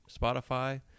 Spotify